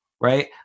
right